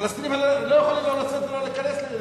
פלסטינים לא יכולים לא לצאת ולא להיכנס.